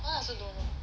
now I also don't know